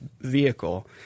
vehicle